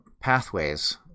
Pathways